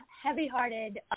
heavy-hearted